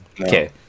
okay